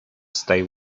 stay